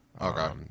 Okay